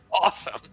awesome